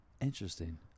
Interesting